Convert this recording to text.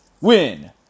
win